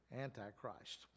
Antichrist